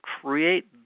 create